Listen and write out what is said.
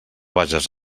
vages